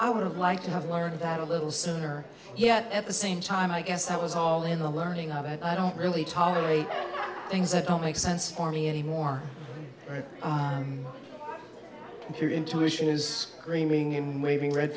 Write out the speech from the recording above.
i would have liked to have learned that a little sooner yet at the same time i guess that was all in the learning of it i don't really tolerate things that don't make sense for me anymore or if your intuition is creaming in waving red